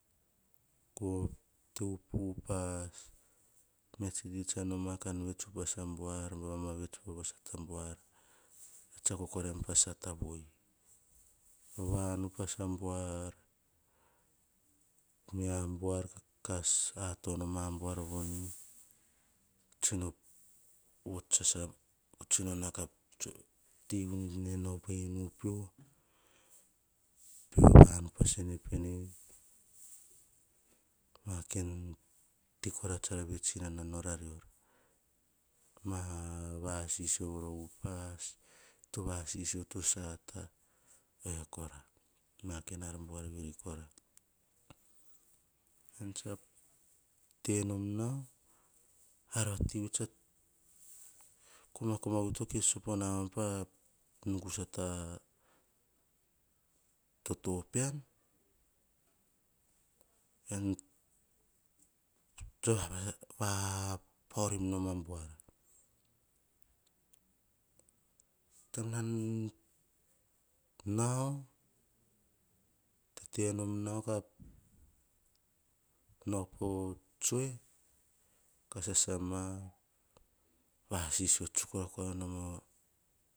Ko te upas, mia tsi ti tsa noma ka vets upas ambuar, ka mabaima vets va sata ambuar. Tsiako koraim pa sata voni. Vava an upas ambuar, me umbuar kasatono ambuar. Tsino vots sasa, tsino na ka, ti wi nau pa inu pio, tsa va va an upas sene pene, ma kain ti tsa ra vets inana rior. Ma vasisio voro upas, kito va sisio to sata. Ovia ma kain ar buar veri kora. Evian tsa te nom nau, kokoma vi to kes sopo na wan pa nungu sata a toto pean evian tsa paurim noma buar. Taim nan nau, tete nom nau, nau po tsue, sasa ma va sisio tsuk rova nom.